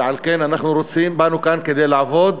ועל כן אנחנו רוצים, באנו כאן כדי לעבוד